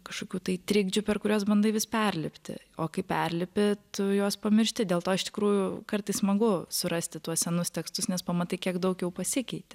kažkokių tai trikdžių per kurias bandai vis perlipti o kai perlipi tu juos pamiršti dėl to iš tikrųjų kartais smagu surasti tuos senus tekstus nes pamatai kiek daug jau pasikeitė